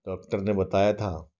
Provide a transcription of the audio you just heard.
doctor ने बताया था